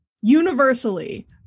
universally